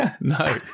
No